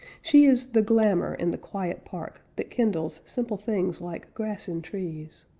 she is the glamor in the quiet park that kindles simple things like grass and trees.